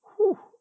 !woo!